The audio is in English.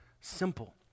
simple